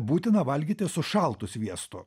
būtina valgyti su šaltu sviestu